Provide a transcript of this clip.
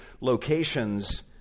locations